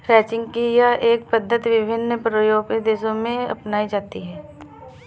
ranching की यह पद्धति विभिन्न यूरोपीय देशों में अपनाई जाती है